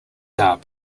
dub